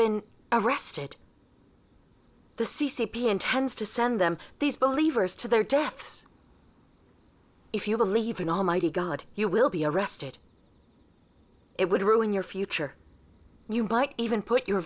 been arrested the c c p intends to send them these believe as to their deaths if you believe in almighty god you will be arrested it would ruin your future you might even put your